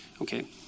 Okay